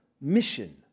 mission